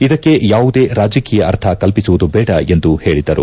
ಇದಕ್ಕೆ ಯಾವುದೇ ರಾಜಕೀಯ ಅರ್ಥ ಕಲ್ಪಿಸುವುದು ದೇಡ ಎಂದು ಹೇಳಿದರು